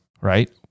right